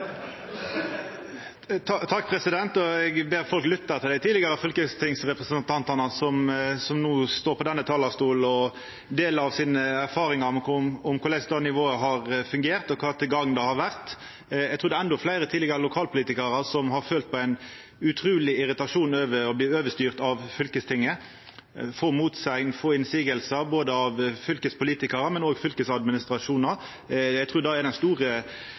ber folk lytta til dei tidlegare fylkestingsrepresentantane som no står på denne talarstolen og deler av sine erfaringar om korleis det nivået har fungert, og i kva grad det har vore til gagn. Eg trur det er endå fleire tidlegare lokalpolitikarar som har følt på ein utruleg irritasjon over å bli overstyrt av fylkestinget og få motsegn og innvendingar frå både fylkespolitikarar og fylkesadministrasjonar. Eg trur det er den store